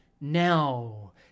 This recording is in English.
now